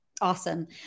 Awesome